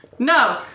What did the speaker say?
No